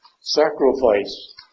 sacrifice